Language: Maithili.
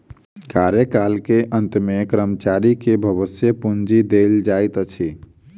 कार्यकाल के अंत में कर्मचारी के भविष्य पूंजी देल जाइत अछि